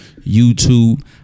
YouTube